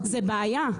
זו בעיה.